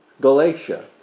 Galatia